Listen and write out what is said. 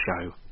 show